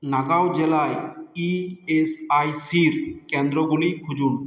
নাগাঁও জেলায় ইএসআইসির কেন্দ্রগুলি খুঁজুন